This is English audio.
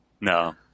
No